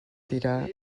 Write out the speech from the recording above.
tirar